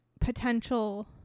potential